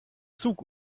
zug